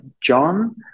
John